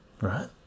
right